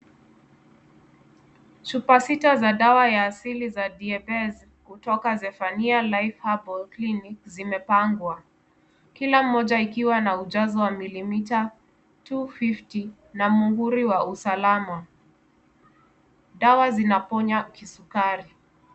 Chupa sita za dawa ya asili za DIEBEZ kutoka Zephania Life Herbal clinic zimepangwa. Kila mmoja ikiwa na ujazo wa milimita two fifty na mhuri wa usalama, dawa zinaponya kisukari.